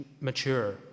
mature